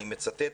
אני מצטט,